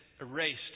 erased